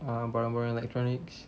ah barang-barang electronics